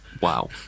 Wow